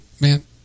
man